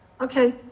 okay